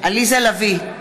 עליזה לביא,